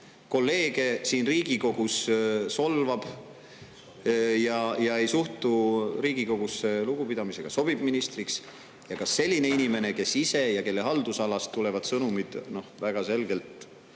kolleege siin Riigikogus solvab ja ei suhtu Riigikogusse lugupidamisega, sobib ministriks? Ja kas selline inimene, kes ise ja kelle haldusalast tulevad sõnumid väga selgelt,